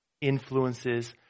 influences